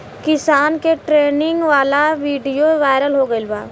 किसान के ट्रेनिंग वाला विडीओ वायरल हो गईल बा